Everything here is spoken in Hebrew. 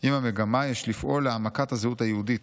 עם המגמה יש לפעול להעמקת הזהות היהודית.